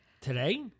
Today